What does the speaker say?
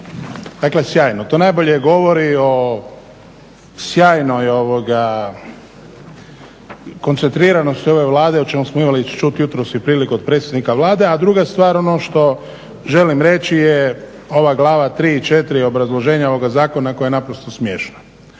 Dakle sjajno. To najbolje govori o sjajnoj koncentriranosti ove Vlade o čemu smo imali priliku čuti jutros od predsjednika Vlade, a druga stvar ono što želim reći je, ova glava 3 i 4 obrazloženja ovoga zakona koja je naprosto smiješna.